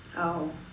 oh